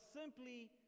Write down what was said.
simply